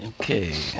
Okay